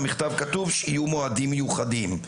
במכתב כתוב שיהיו מועדים מיוחדים,